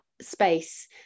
space